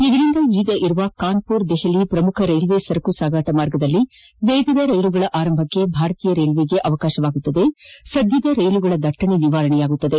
ಇದರಿಂದ ಈಗಿರುವ ಕನ್ಪೂರ್ ದೆಹಲಿ ಪ್ರಮುಖ ರೈಲ್ವೆ ಸರಕು ಸಾಗಾಟ ಮಾರ್ಗದಲ್ಲಿ ವೇಗದ ರೈಲುಗಳ ಆರಂಭಕ್ಕೆ ಭಾರತೀಯ ರೈಲ್ವೆಗೆ ಅವಕಾಶವಾಗಲಿದ್ದು ಸದ್ಯದ ರೈಲುಗಳ ದಟ್ಟಣೆ ನಿವಾರಣೆಯಾಗಲಿದೆ